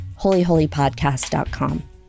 holyholypodcast.com